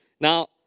Now